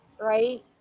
right